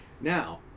Now